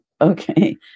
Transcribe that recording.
Okay